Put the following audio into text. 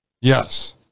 Yes